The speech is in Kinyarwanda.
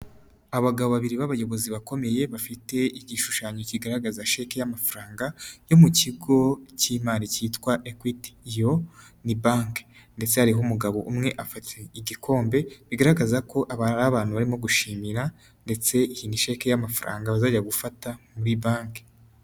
Abagabo babiri b'abayobozi bakomeye bafite igishushanyo kigaragaza sheke y'amafaranga yo mu kigo cy'imanari cyitwa Equity, iyo ni banki ndetse hariho umugabo umwe afashe igikombe bigaragaza ko aba ari abantu barimo gushimira ndetse iyi ni sheke y'amafaranga bazajya gufata muri banki.